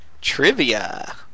Trivia